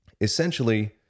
Essentially